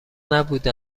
نبوده